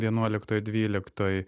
vienuoliktoj dvyliktoj